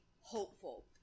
hopeful